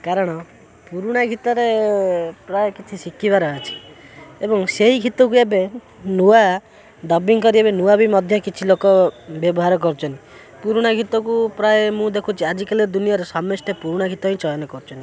କାରଣ ପୁରୁଣା ଗୀତରେ ପ୍ରାୟ କିଛି ଶିଖିବାର ଅଛି ଏବଂ ସେଇ ଗୀତକୁ ଏବେ ନୂଆ ଡବିଙ୍ଗ କରି ଏବେ ନୂଆ ବି ମଧ୍ୟ କିଛି ଲୋକ ବ୍ୟବହାର କରୁଛନ୍ତି ପୁରୁଣା ଗୀତକୁ ପ୍ରାୟ ମୁଁ ଦେଖୁଛି ଆଜିକାଲି ଦୁନିଆରେ ସମେସ୍ତେ ପୁରୁଣା ଗୀତ ହିଁ ଚୟନ କରୁଛନ୍ତି